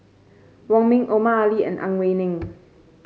Wong Ming Omar Ali and Ang Wei Neng